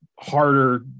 harder